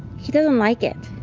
he doesn't like it.